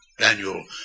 Daniel